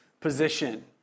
position